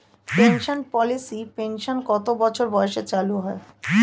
Pension পলিসির pension কত বছর বয়সে চালু হয়?